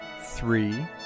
three